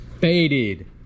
Faded